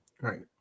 right